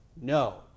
no